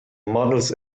models